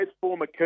former